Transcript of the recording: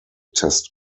test